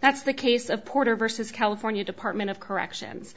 that's the case of porter versus california department of corrections